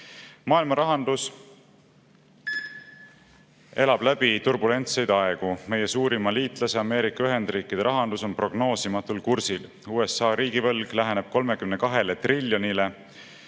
Maailma rahandus elab läbi turbulentseid aegu. Meie suurima liitlase, Ameerika Ühendriikide rahandus on prognoosimatul kursil. USA riigivõlg läheneb 32 triljonile